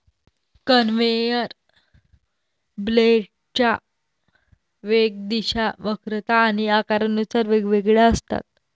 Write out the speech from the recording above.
conveyor बेल्टच्या वेग, दिशा, वक्रता आणि आकारानुसार वेगवेगळ्या असतात